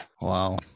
wow